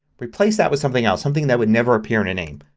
replace that with something else. something that would never appear in a name.